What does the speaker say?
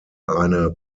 eine